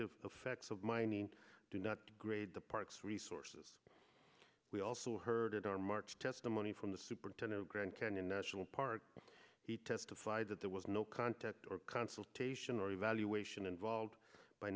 facts of mining do not grade the park's resources we also heard in our march testimony from the superintendent of grand canyon national park he testified that there was no contact or consultation or evaluation involved by